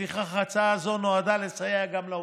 לפיכך, ההצעה הזאת נועדה לסייע גם לעובדים,